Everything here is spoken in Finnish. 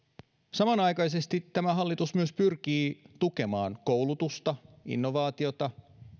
samanaikaisesti tämä hallitus myös pyrkii tukemaan koulutusta innovaatiota